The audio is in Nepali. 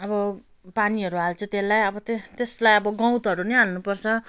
अब पानीहरू हाल्छु त्यसलाई अब त्यसलाई अब गउँतहरू नै हाल्नुपर्छ